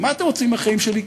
מה אתם רוצים מהחיים שלי?